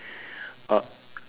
uh